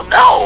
no